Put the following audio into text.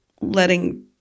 letting